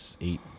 eight